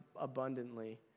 abundantly